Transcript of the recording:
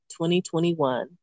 2021